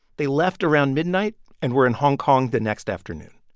they left around midnight and were in hong kong the next afternoon.